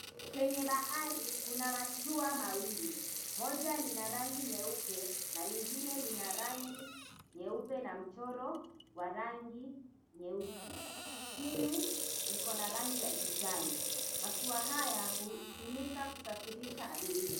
Kwenye bahari, kuna mashua mawili. Moja lina rangi nyeupe na lingine lina rangi nyeupe na mchoro wa rangi nyeusi. Chini iko na rangi ya kijani. Mashua haya, hutumika kusafirisha abiria.